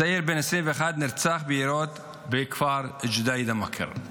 צעיר בן 21 נרצח ביריות בכפר ג'דיידה-מכר.